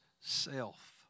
self